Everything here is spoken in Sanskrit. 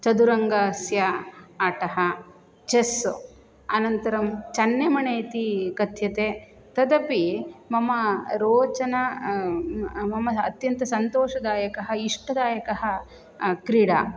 चतुरङ्गस्य आटः चेस्स् अनन्तरं चन्नेमणे इति कथ्यते तदपि मम रोचना मम अत्यन्तं सन्तोषदायकः इष्टदायकः क्रीडा